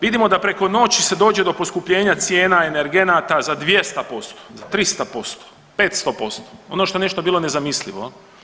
Vidimo da preko noći se dođe do poskupljenja cijena energenata za 200%, za 300%, 500%, ono što je nešto bilo nezamislivo.